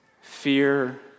Fear